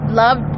love